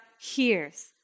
hears